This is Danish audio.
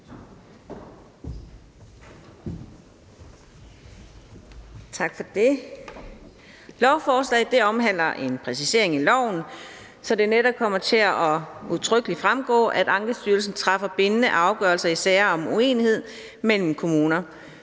Lovforslaget omhandler en præcisering i loven, så det netop udtrykkeligt kommer til at fremgå, at Ankestyrelsen træffer bindende afgørelser i sager om uenighed mellem kommuner.